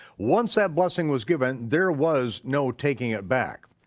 once that blessing was given, there was no taking it back.